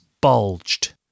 bulged